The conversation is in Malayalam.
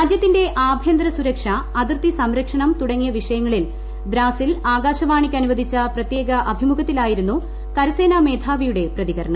രാജ്യത്തിന്റെ ആഭ്യന്തര സുരക്ഷ അതിർത്തി സംരക്ഷണം തുടങ്ങിയ വിഷയങ്ങളിൽ ദ്രാസിൽ ആകാശവാണിക്ക് അനുവദിച്ച പ്രത്യേക അഭിമുഖത്തിലായിരുന്നു കരസേനാമേധാവിയുടെ പ്രതികരണം